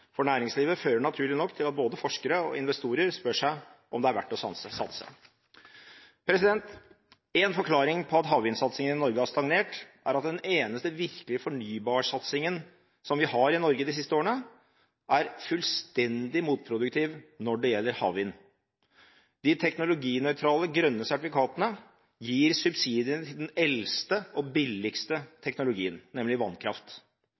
for næringslivet fører naturlig nok til at både forskere og investorer spør seg om det er verdt å satse. En forklaring på at havvindsatsingen i Norge har stagnert, er at den eneste viktige fornybarsatsingen vi har hatt i Norge de siste årene, er fullstendig motproduktiv når det gjelder havvind. De teknologinøytrale grønne sertifikatene gir subsidiene til den eldste og billigste teknologien, nemlig vannkraft.